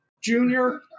junior